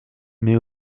mais